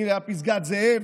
אם זה ליד פסגת זאב,